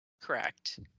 correct